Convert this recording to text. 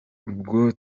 ubwo